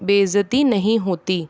बेइज्जती नहीं होती